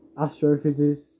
astrophysics